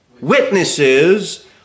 Witnesses